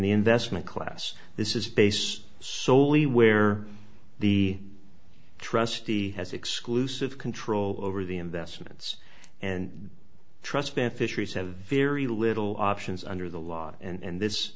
the investment class this is based solely where the trustee has exclusive control over the investments and trust and fisheries have a very little options under the law and